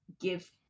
give